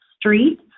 Street